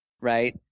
right